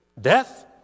death